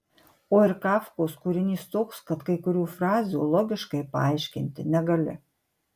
o ir kafkos kūrinys toks kad kai kurių frazių logiškai paaiškinti negali